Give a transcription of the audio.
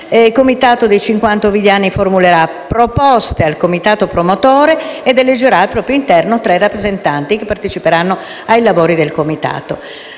Il Comitato dei cinquanta ovidiani formula proposte al Comitato promotore ed elegge al proprio interno tre rappresentanti che partecipano ai lavori del Comitato